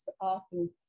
often